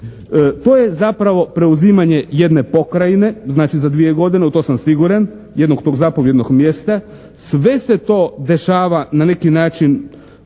To je zapravo preuzimanje jedne pokrajine, znači za dvije godine u to sam siguran, jednog tog zapovjednog mjesta. Sve se to dešava na neki način